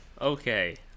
Okay